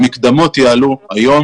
המקדמות יעלו היום